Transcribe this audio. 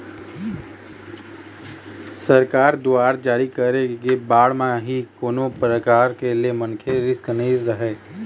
सरकार दुवारा जारी करे गे बांड म ही कोनो परकार ले मनखे ल रिस्क नइ रहय